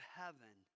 heaven